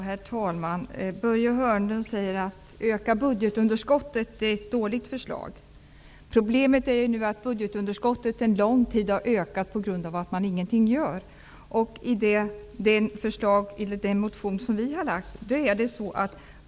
Herr talman! Börje Hörnlund säger att det är ett dåligt förslag att öka budgetunderskottet. Problemet är att budgetunderskottet har ökat under lång tid på grund av att man ingenting gör.